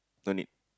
don't need